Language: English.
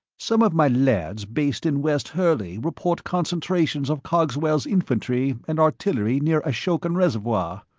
some of my lads based in west hurley report concentrations of cogswell's infantry and artillery near ashokan reservoir.